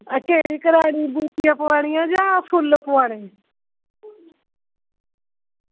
अग्गें कराड़ियां गूटियां पोआनियां जां फुल्ल पोआने